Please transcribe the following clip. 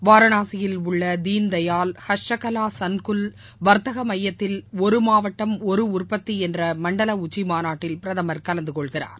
வாரணாசியில் உள்ள தீள்தயாள் ஹஸ்டகாலா சன்குள் வாத்தக மையத்தில் ஒரு மாவட்டம் ஒரு உற்பத்தி என்ற மண்டல உச்சி மாநாட்டில் பிரதமர் கலந்துகொள்கிறார்